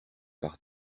par